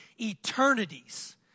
eternities